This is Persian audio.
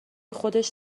خودش